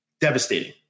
devastating